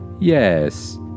Yes